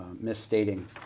misstating